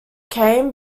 came